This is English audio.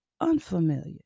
unfamiliar